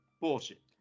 Bullshit